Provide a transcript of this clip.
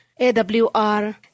AWR